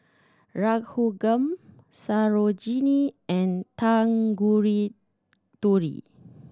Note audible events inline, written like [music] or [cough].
Raghuram Sarojini and [unintelligible]